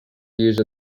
use